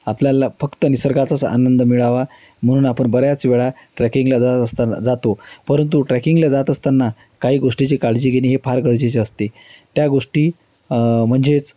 आपल्याला फक्त निसर्गाचाच आनंद मिळावा म्हणून आपण बऱ्याच वेळा ट्रॅकिंगला जात असताना जातो परंतु ट्रॅकिंगला जात असताना काही गोष्टीची काळजी घेणे हे फार गरजेचे असते त्या गोष्टी म्हणजेच